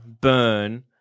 burn